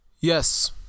yes